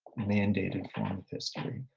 mandated form of history.